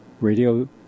radio